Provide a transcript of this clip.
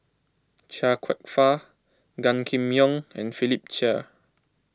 Chia Kwek Fah Gan Kim Yong and Philip Chia